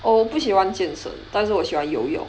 oh 我不喜欢健身但是我喜欢游泳